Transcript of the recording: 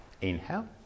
inhale